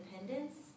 independence